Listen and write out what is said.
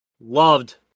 loved